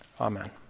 Amen